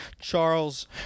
Charles